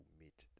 meet